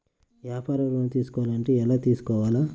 వ్యాపార ఋణం తీసుకోవాలంటే ఎలా తీసుకోవాలా?